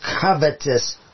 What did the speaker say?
covetous